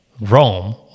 Rome